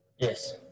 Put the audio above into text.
Yes